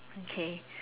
okay